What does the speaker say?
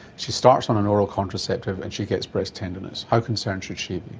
she starts on an oral contraceptive and she gets breast tenderness how concerned should she be?